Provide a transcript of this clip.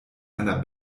einer